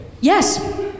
Yes